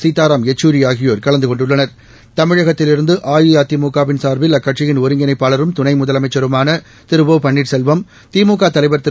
சீதாராம் யெச்சூரி ஆகியோர் கலந்து கொண்டுள்ளனர் தமிழகத்திலிருந்து அஇஅதிமுக வின் சார்பில் அக்கட்சியின் ஒருங்கிணைப்பாளரும் துணை முதலமைச்சருமான திரு ஒ பள்ளீர்செல்வம் திமுக தலைவர் திரு